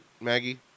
Maggie